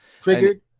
Triggered